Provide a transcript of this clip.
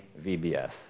VBS